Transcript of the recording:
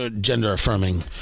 gender-affirming